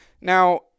Now